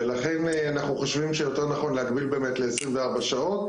ולכן אנחנו חושבים שיותר נכון להגביל באמת ל-24 שעות,